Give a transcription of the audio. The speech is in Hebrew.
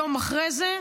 יום אחרי זה,